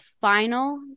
final